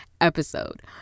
episode